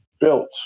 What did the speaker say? built